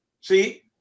See